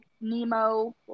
Nemo